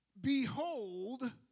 Behold